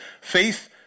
Faith